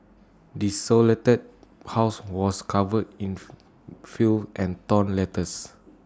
desolated house was covered in filth and torn letters